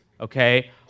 okay